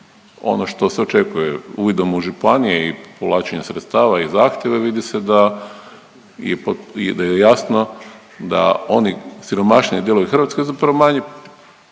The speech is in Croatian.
ono što se očekuje, uvidom u županije i povlačenje sredstava i zahtjeve, vidi se da je pod, da je jasno da oni siromašniji dijelovi Hrvatske zapravo manje